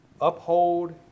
uphold